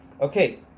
Okay